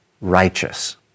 righteous